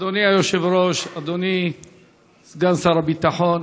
אדוני היושב-ראש, אדוני סגן שר הביטחון.